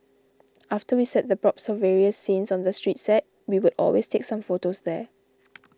after we set the props for various scenes on the street set we would always take some photos there